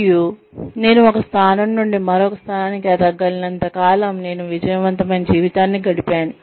మరియు నేను ఒక స్థానం నుండి మరొక స్థానానికి ఎదగగలిగినంత కాలం నేను విజయవంతమైన జీవితాన్ని గడిపాను